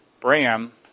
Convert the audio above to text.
Bram